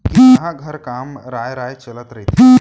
किसनहा घर काम राँय राँय चलत रहिथे